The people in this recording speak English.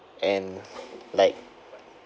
and like